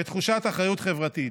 ותחושת אחריות חברתית.